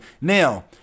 Now